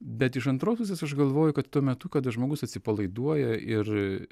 bet iš antros pusės aš galvoju kad tuo metu kada žmogus atsipalaiduoja ir